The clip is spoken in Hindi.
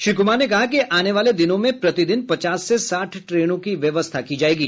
श्री कुमार ने कहा कि आने वाले दिनों में प्रतिदिन पचास से साठ ट्रेनों की व्यवस्था की जायेगी